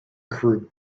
grew